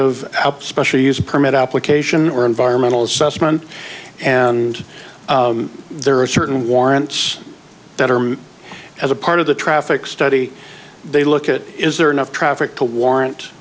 use permit application or environmental assessment and there are certain warrants that are as a part of the traffic study they look at is there enough traffic to warrant